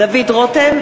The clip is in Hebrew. רותם,